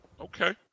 Okay